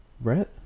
Brett